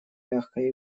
мягкой